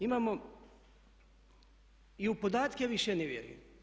Imamo i u podatke više ne vjerujem.